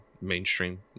mainstream